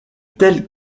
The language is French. telle